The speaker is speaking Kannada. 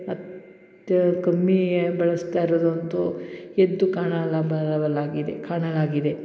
ಅತ್ಯ ಕಮ್ಮಿಯ ಬಳಸ್ತಾ ಇರೋದಂತೂ ಎದ್ದು ಕಾಣಲ್ಲ ಬರವಲಾಗಿದೆ ಕಾಣಲಾಗಿದೆ